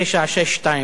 נתקע כשעה וחצי,